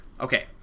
Okay